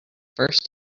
first